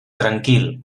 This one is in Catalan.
tranquil